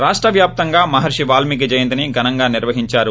రాష్ట వ్యాప్తంగా మహర్షి వాల్కికి జయంతిని ఘనంగా నిర్వహిందారు